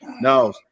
No